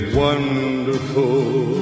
wonderful